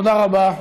תודה רבה,